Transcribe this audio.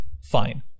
fine